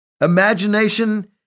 Imagination